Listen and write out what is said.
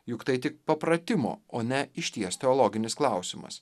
juk tai tik papratimo o ne išties teologinis klausimas